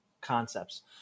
concepts